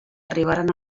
arribaren